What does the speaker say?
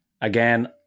Again